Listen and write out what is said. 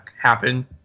happen